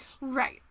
Right